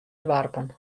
doarpen